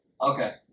Okay